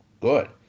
good